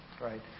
right